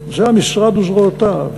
זה המשרד וזרועותיו.